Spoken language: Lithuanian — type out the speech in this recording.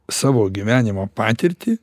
savo gyvenimo patirtį